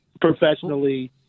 professionally